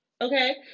Okay